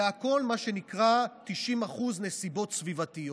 זה הכול, מה שנקרא, 90% נסיבות סביבתיות: